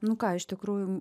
nu ką iš tikrųjų